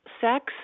sex